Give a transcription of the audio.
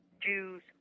Jews